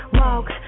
walk